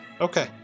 Okay